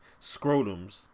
scrotums